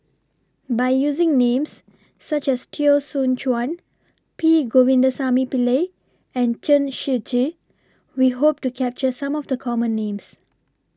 By using Names such as Teo Soon Chuan P Govindasamy Pillai and Chen Shiji We Hope to capture Some of The Common Names